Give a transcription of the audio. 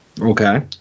Okay